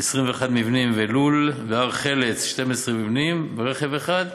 21 מבנים ולול, בהר-חלוץ, 12 מבנים ורכב אחד,